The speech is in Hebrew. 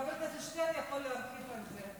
וחבר הכנסת שטרן יכול להרחיב על זה,